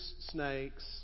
snakes